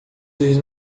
dos